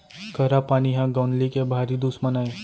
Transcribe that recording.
करा पानी ह गौंदली के भारी दुस्मन अय